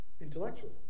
Intellectual